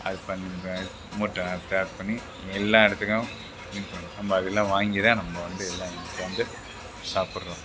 அது பண்ணுற மூட்டை பேக் பண்ணி எல்லா இடத்துலியும் இது பண்ணுறாங்க நம்ம அதெல்லாம் வாங்கி தான் நம்ம வந்து எல்லாம் இப்போ வந்து சாப்பிடுறோம்